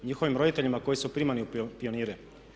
Njihovim roditeljima koji su primani u pionire.